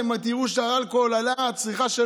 אתם תראו שהצריכה של האלכוהול עלתה,